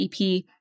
EP